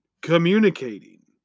communicating